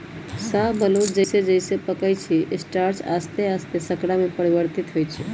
शाहबलूत जइसे जइसे पकइ छइ स्टार्च आश्ते आस्ते शर्करा में परिवर्तित हो जाइ छइ